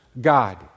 God